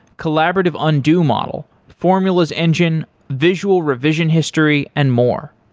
collaborative undo model, formulas engine, visual revision history and more.